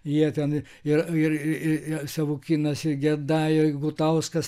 jie ten ir ir ir savukynas ir geda gutauskas